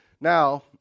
now